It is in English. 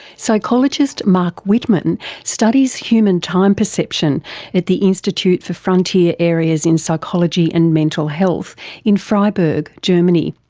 psychologist marc wittmann studies human time perception at the institute for frontier areas in psychology and mental health in freiburg, germany.